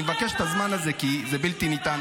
אני מבקש את הזמן הזה כי זה בלתי ניתן